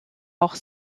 auch